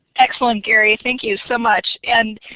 excellent gary, thank you so much. and